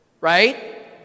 right